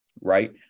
right